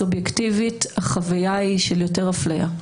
סובייקטיבית החוויה היא של יותר הפליה.